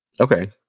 okay